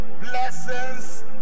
blessings